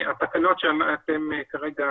התקנות שאנחנו כרגע